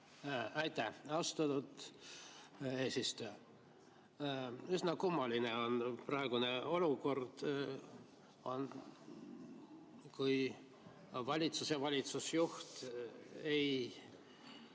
Aitäh, austatud eesistuja! Üsna kummaline on praegune olukord, kus valitsus ega valitsusjuht ei